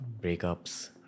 breakups